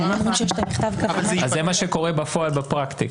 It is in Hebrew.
הם אומרים שיש את מכתב הכוונות --- זה מה שקורה בפועל בפרקטיקה.